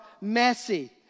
messy